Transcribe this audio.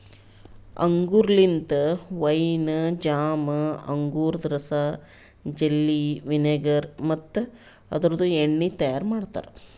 ಅಂಗೂರ್ ಲಿಂತ wine, jam, ಅಂಗೂರದ ರಸ, ಜೆಲ್ಲಿ, ವಿನೆಗರ್ ಮತ್ತ ಅದುರ್ದು ಎಣ್ಣಿ ತೈಯಾರ್ ಮಾಡ್ತಾರ